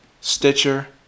Stitcher